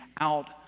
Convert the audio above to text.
out